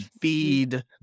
feed